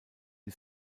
die